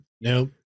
Nope